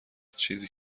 چیزی